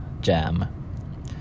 jam